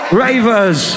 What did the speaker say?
ravers